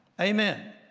Amen